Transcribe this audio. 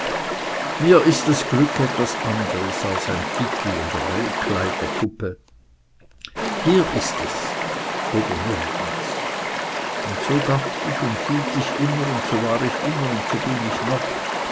mir ist das glück etwas anderes als ein titel oder eine kleiderpuppe hier ist es oder nirgends und so dacht ich und fühlt ich immer und so war ich immer und so bin ich noch